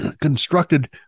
constructed